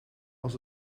als